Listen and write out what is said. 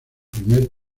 primer